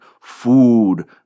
food